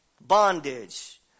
bondage